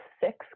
six